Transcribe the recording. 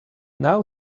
now